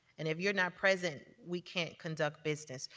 and if you're not present we can't conduct business.